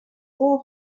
four